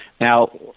now